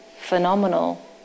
phenomenal